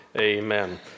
Amen